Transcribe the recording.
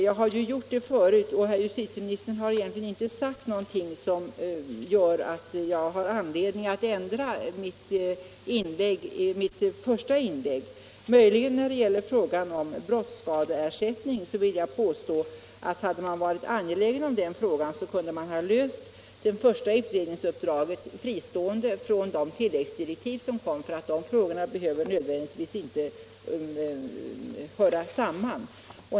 Jag har gjort det förut och herr justitieministern har egentligen inte sagt någonting som gör att jag har anledning att ändra mitt första inlägg. Det skulle möjligen vara när det gäller frågan om brottsskadeersättning. Där vill jag påstå att om man hade varit angelägen om en lösning kunde man ha slutfört det första utredningsuppdraget fristående från de tillläggsdirektiv som kom. De frågorna behöver nödvändigtvis inte höra samman.